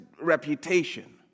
reputation